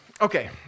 Okay